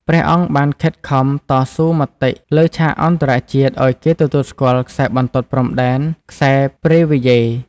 ព្រះអង្គបានខិតខំតស៊ូមតិលើឆាកអន្តរជាតិឱ្យគេទទួលស្គាល់ខ្សែបន្ទាត់ព្រំដែន "ខ្សែប៊្រេវីយ៉េ"។